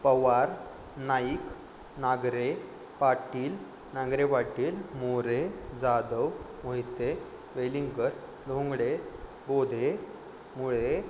पवार नाईक नागरे पाटील नांगरे पाटील मोरे जादव मोहिते वैलिंगकर धोंगडे बोधे मुळे